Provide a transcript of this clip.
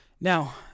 Now